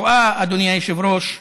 השואה, אדוני היושב-ראש,